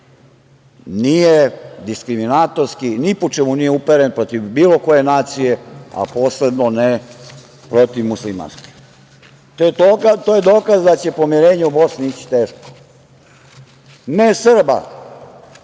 nije diskriminatorski, ni po čemu nije uperen protiv bilo koje nacije, a posebno ne protiv muslimanske. To je dokaz da će pomirenje u Bosni ići teško, ne zbog